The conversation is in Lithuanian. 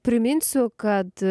priminsiu kad